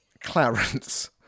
Clarence